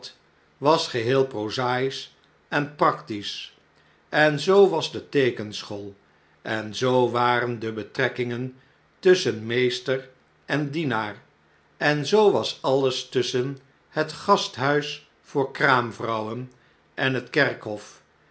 was geheel prozaisch en practisch en zoo was de teekenschool en zoo waren de betrekkingen tusschen meester en dienaar en zoo was alles tusschen het gasthuis voor kraamvrouwen en het kerkhof